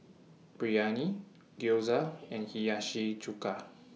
Biryani Gyoza and Hiyashi Chuka